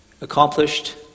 accomplished